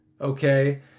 okay